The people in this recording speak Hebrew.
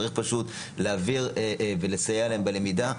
צריך פשוט להבהיר ולסייע להם בלמידה.